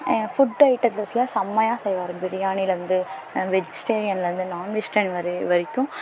food ஐட்டத்தில் செமையாக செய்வார் பிரியாணிலிருந்து வெஜிடேரியன்லேருந்து நான்வெஜிடேரியன் வரையும் வரைக்கும்